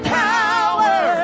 power